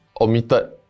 omitted